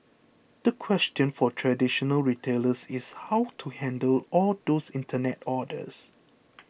the question for traditional retailers is how to handle all those internet orders